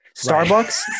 Starbucks